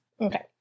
Okay